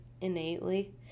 innately